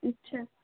ਅੱਛਾ